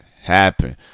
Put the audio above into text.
happen